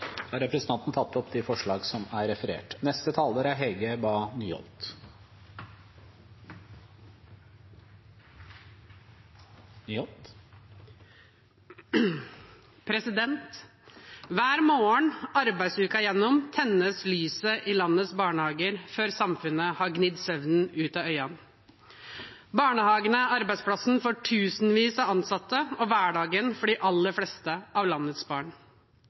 Da har representanten Freddy André Øvstegård tatt opp de forslagene han refererte til. Hver morgen, arbeidsuken gjennom, tennes lyset i landets barnehager før samfunnet har gnidd søvnen ut av øynene. Barnehagene er arbeidsplass for tusenvis av ansatte og hverdagen for de aller fleste av landets barn.